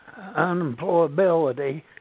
unemployability